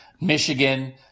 Michigan